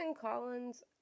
Collins